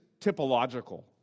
typological